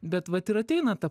bet vat ir ateina ta